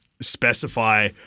specify